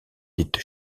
dite